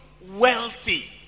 wealthy